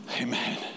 amen